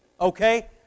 okay